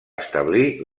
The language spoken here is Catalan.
establir